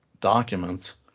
documents